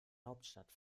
hauptstadt